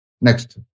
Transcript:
Next